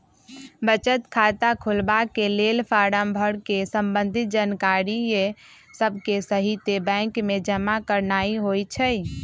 बचत खता खोलबाके लेल फारम भर कऽ संबंधित जानकारिय सभके सहिते बैंक में जमा करनाइ होइ छइ